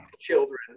children